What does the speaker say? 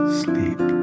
sleep